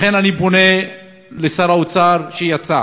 לכן אני פונה לשר האוצר, שיצא,